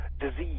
disease